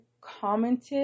commented